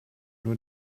nur